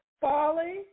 folly